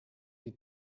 die